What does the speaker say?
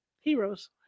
heroes